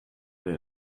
der